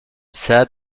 said